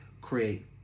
create